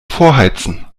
vorheizen